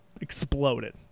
exploded